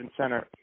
Center